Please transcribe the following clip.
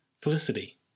Felicity